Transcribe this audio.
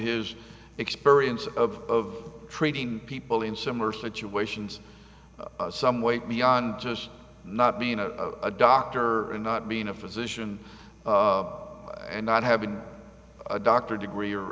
his experience of treating people in similar situations some way beyond just not being a doctor and not being a physician and not having a doctor degree or